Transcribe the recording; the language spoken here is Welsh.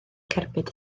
cerbyd